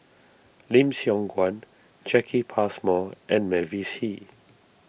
Lim Siong Guan Jacki Passmore and Mavis Hee